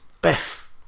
Beth